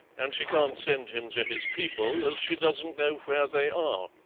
and she can't send him to his people as she doesn't know where they are.